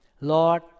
Lord